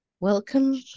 Welcome